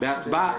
בהצבעה?